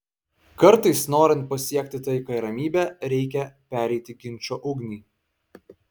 kartais norint pasiekti taiką ir ramybę reikia pereiti ginčo ugnį